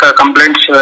complaints